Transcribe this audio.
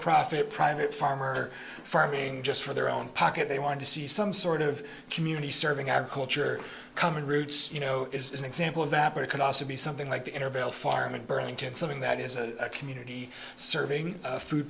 profit private farmer farming just for their own pocket they want to see some sort of community serving our culture come in roots you know is an example of that but it could also be something like the intervale farm in burlington something that is a community serving food